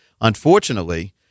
Unfortunately